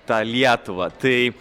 tą lietuvą tai